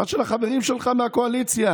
בריכה של החברים שלך מהקואליציה.